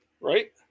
Right